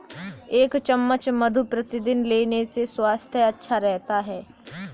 एक चम्मच मधु प्रतिदिन लेने से स्वास्थ्य अच्छा रहता है